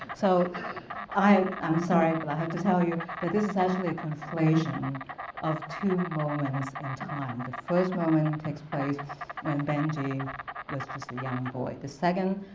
so i'm sorry, but i have to tell you that this is actually a conflation of two moments in time. the first moment takes place when benjy was just a young boy. the second,